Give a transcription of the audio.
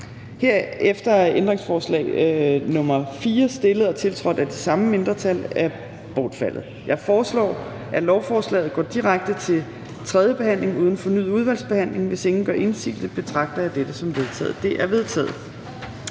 Herefter er ændringsforslag nr. 4, stillet og tiltrådt af de samme mindretal, bortfaldet. Jeg foreslår, at lovforslaget går direkte til tredje behandling uden fornyet udvalgsbehandling. Hvis ingen gør indsigelse, betragter jeg dette som vedtaget. Det er vedtaget.